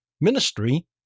ministry